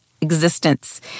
existence